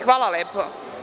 Hvala lepo.